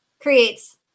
creates